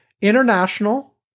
international